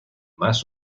más